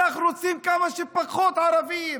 אנחנו רוצים כמה שפחות ערבים,